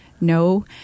No